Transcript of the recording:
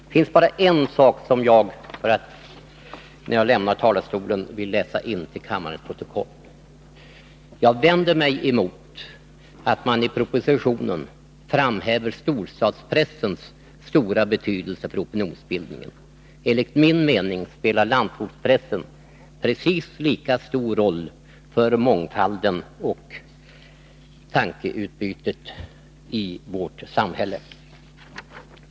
Det finns bara en sak som jag, innan jag lämnar talarstolen, vill anföra till riksdagens protokoll: Jag vänder mig mot att man i propositionen framhäver storstadspressens stora betydelse för opinionsbildningen. Enligt min mening spelar landsortspressen precis lika stor roll för mångfalden och tankeutbytet i vårt samhälle.